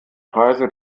preise